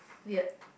weird